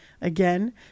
again